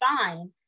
fine